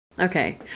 Okay